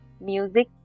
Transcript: music